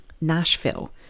Nashville